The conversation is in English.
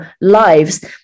lives